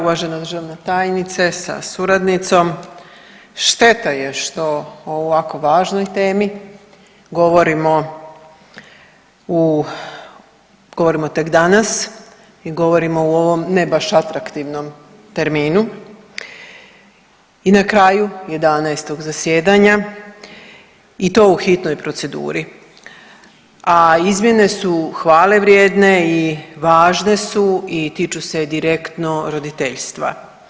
Uvažena državna tajnice sa suradnicom, šteta je što o ovako važnoj temi govorimo u, govorimo tek danas i govorimo u ovom ne baš atraktivnom terminu i na kraju 11. zasjedanja i to u hitnoj proceduri, a izmjene su hvalevrijedne i važne su i tiču se direktno roditeljstva.